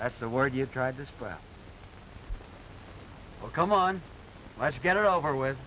that's the word you tried to spread come on let's get it over with